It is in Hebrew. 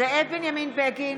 זאב בנימין בגין,